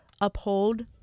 uphold